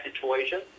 situation